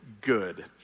good